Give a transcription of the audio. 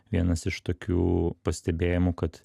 vienas iš tokių pastebėjimų kad